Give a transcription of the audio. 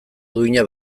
duina